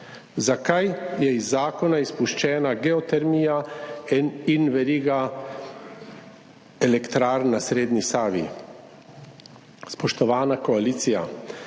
Zakaj je iz zakona izpuščena geotermija in veriga elektrarn na srednji Savi? Spoštovana koalicija!